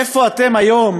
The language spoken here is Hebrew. איפה אתם היום